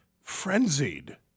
frenzied